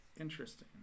Interesting